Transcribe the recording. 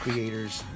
Creators